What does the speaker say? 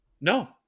No